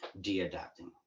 de-adapting